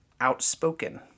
outspoken